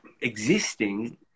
existing